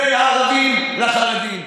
בין הערבים לחרדים.